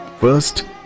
First